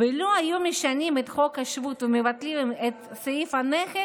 ולו היו משנים את חוק השבות ומבטלים את סעיף הנכד,